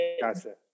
Gotcha